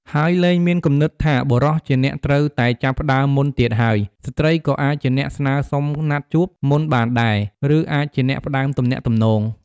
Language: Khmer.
ហើយលែងមានគំនិតថាបុរសជាអ្នកត្រូវតែចាប់ផ្ដើមមុនទៀតហើយ ស្ត្រីក៏អាចជាអ្នកស្នើសុំណាត់ជួប មុនបានដែរ ឬអាចជាអ្នកផ្ដើមទំនាក់ទំនង។